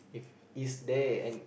if is there an